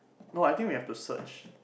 no I think we have to search